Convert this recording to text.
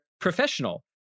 professional